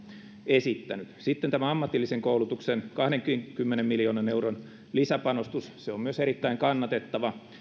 esittänyt sitten tämä ammatillisen koulutuksen kahdenkymmenen miljoonan euron lisäpanostus on myös erittäin kannatettava